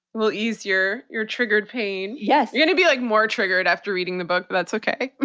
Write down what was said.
we'll use your your triggered pain. yes! you're going to be, like, more triggered after reading the book? that's ok,